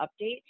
update